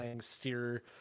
steer